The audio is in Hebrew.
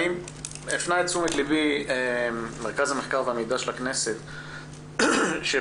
הפנה את תשומת לבי מרכז המחקר והמידע של הכנסת שביוני